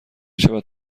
شود